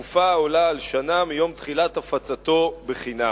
לתקופה העולה על שנה מיום תחילת הפצתו בחינם.